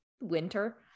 winter